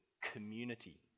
community